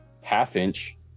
half-inch